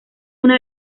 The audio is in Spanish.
una